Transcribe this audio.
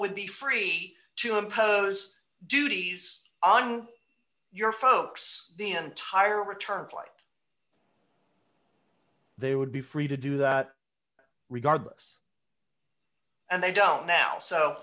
would be free to impose duties on your folks the entire return flight there would be free to do that regardless and they don't now so